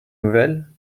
nouvelles